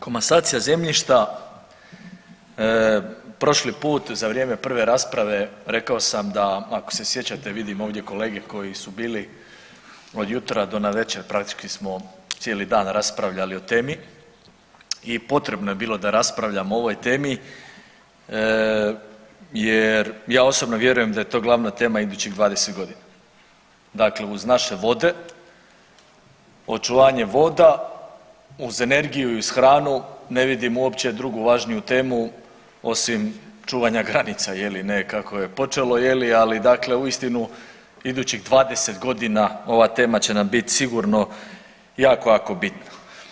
Komasacija zemljišta prošli put za vrijeme prve rasprave rekao sam da ako se sjećate vidim ovdje kolege koji su bili od jutra do navečer praktički smo cijeli dan raspravljali o temi i potrebno je bilo da raspravljamo o ovoj temi jer ja osobno vjerujem da je to glavna tema idućih 20.g., dakle uz naše vode, očuvanje voda, uz energiju i hranu ne vidim uopće drugu važniju temu osim čuvanja granica je li ne, kako je počelo je li, ali dakle uistinu idućih 20.g. ova tema će nam bit sigurno jako, jako bitna.